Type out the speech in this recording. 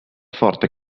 forte